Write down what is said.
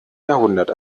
jahrhundert